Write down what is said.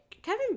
Kevin